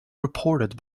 reported